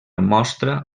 mostra